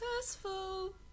successful